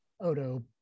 Odo